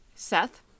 seth